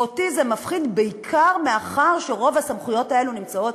ואותי זה מפחיד בעיקר מאחר שרוב הסמכויות האלו נמצאות